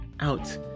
out